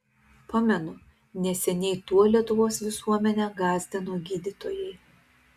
pamenu neseniai tuo lietuvos visuomenę gąsdino gydytojai